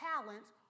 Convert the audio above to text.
talents